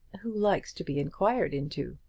who likes to be inquired into?